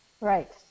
Right